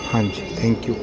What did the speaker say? ਹਾਂਜੀ thank you